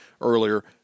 earlier